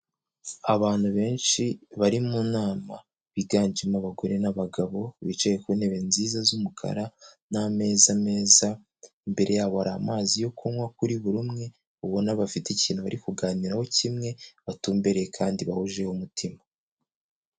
Abantu benshi bari mu nama, biganjemo abagore n'abagabo, bicaye ku ntebe nziza z'umukara, n'ameza meza, imbere yabo hari amazi yo kunywa kuri buri umwe, ubona bafite ikintu bari kuganiraho kimwe, batumbereye kandi bahuje umutima.